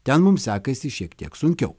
ten mum sekasi šiek tiek sunkiau